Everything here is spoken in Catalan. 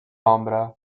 ombra